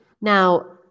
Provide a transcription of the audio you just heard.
Now